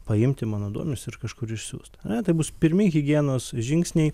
paimti mano duomenis ir kažkur išsiųst ar ne tai bus pirmi higienos žingsniai